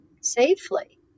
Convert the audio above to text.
safely